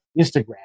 Instagram